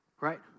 right